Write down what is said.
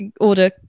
order